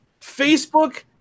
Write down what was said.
Facebook